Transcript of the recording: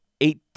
eight